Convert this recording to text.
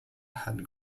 had